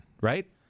Right